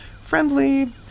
friendly